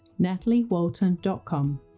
nataliewalton.com